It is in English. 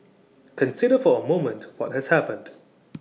consider for A moment what has happened